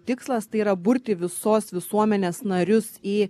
tikslas tai yra burti visos visuomenės narius į